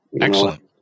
Excellent